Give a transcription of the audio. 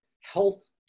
health